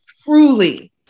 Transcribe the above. truly